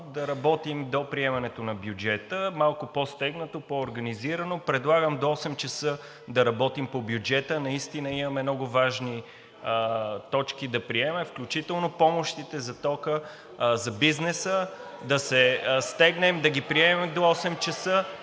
да работим до приемането на бюджета, малко по-стегнато, по-организирано. Предлагам до 20,00 ч. да работим по бюджета. Наистина имаме много важни точки да приемем, включително помощите за тока за бизнеса (шум и реплики), да се стегнем да ги приемем до 20,00